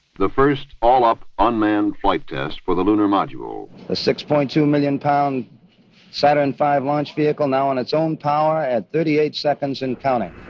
the first all-up, unmanned flight test for the lunar module the six point two million pound saturn v launch vehicle now on its own power at thirty eight seconds and counting